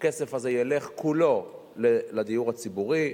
והכסף הזה ילך כולו לדיור הציבורי.